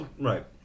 right